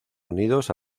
unidos